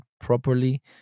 properly